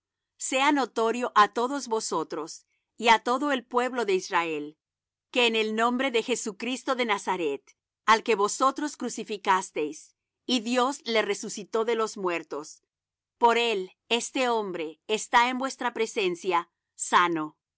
sea notorio á todos vosotros y á todo el pueblo de israel que en el nombre de jesucristo de nazaret al que vosotros crucificasteis y dios le resucitó de los muertos por él este hombre está en vuestra presencia sano